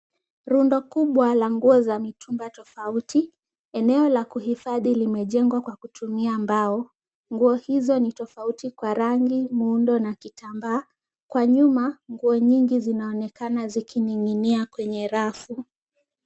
Rundo kubwa la nguo za mitumba tofauti. Eneo la kuhifadhi limejengwa kwa kutumia mbao. Nguo hizo ni tofauti kwa rangi, muundo na kitambaa. Kwa nyuma, nguo nyingi zinaonekana zikining'inia kwenye rafu.